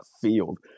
field